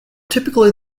typically